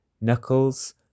Knuckles